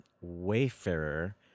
Wayfarer